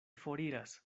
foriras